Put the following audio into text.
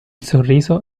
sorriso